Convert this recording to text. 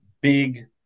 big –